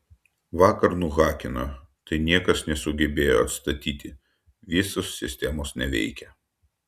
vakar nuhakino tai niekas nesugebėjo atstatyti visos sistemos neveikia